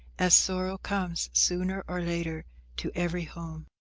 as sorrow comes sooner or later to every home.